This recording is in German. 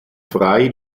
frey